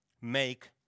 make